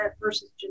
versus